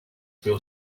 feel